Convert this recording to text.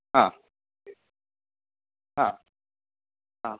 हा हा हा